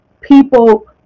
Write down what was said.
people